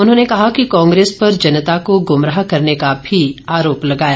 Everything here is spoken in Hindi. उन्होंने कहा कि कांग्रेस पर जनता को गूमराह करने का भी आरोप लगाया